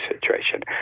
situation